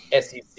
SEC